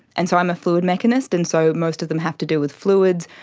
and so i'm a fluid mechanist, and so most of them have to do with fluids.